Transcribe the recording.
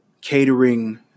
catering